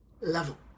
level